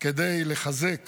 כדי לחזק